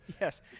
Yes